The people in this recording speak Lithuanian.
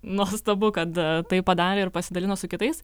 nuostabu kad tai padarė ir pasidalino su kitais